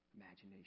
imagination